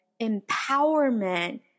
empowerment